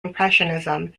impressionism